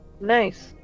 Nice